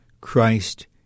Christ